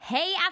Hey